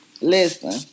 listen